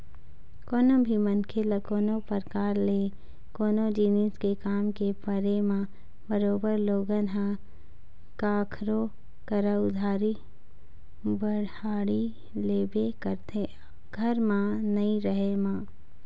कोनो भी मनखे ल कोनो परकार ले कोनो जिनिस के काम के परे म बरोबर लोगन ह कखरो करा उधारी बाड़ही लेबे करथे घर म नइ रहें म